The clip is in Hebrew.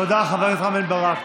תודה, חבר הכנסת רם בן ברק.